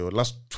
last